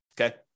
Okay